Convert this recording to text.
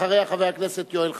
אחריה, חבר הכנסת יואל חסון,